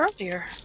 earlier